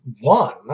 one